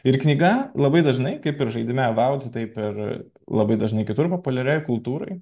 ir knyga labai dažnai kaip ir žaidime vauti taip ir labai dažnai kitur populiarioj kultūroj